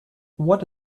what